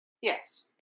Yes